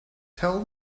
tell